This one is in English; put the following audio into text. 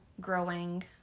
growing